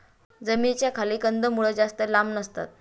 जमिनीच्या खाली कंदमुळं जास्त लांब नसतात